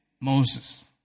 Moses